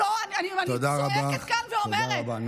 אני צועקת כאן ואומרת, תודה רבה לך, תודה רבה.